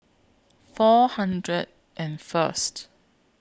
four hundred and First